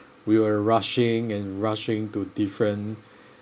we were rushing and rushing to different